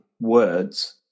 words